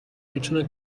میتونه